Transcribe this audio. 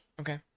Okay